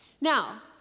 Now